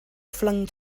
flung